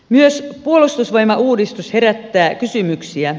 myös puolustusvoimauudistus herättää kysymyksiä